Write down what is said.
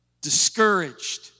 discouraged